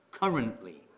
currently